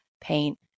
paint